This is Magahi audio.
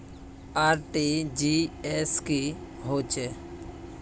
आर.टी.जी.एस की होचए?